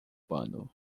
urbano